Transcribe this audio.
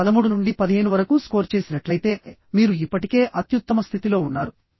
మీరు 13 నుండి 15 వరకు స్కోర్ చేసినట్లయితే మీరు ఇప్పటికే అత్యుత్తమ స్థితిలో ఉన్నారు